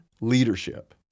leadership